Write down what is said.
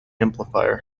amplifier